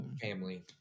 family